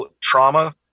trauma